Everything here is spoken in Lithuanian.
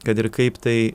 kad ir kaip tai